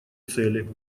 цели